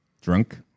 drunk